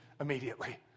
immediately